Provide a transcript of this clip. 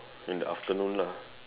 in the afternoon lah